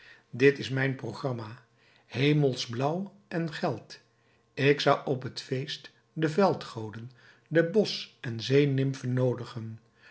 dit is mijn programma hemelsblauw en geld ik zou op het feest de veldgoden de bosch en zeenimfen noodigen